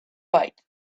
bite